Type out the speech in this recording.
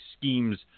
schemes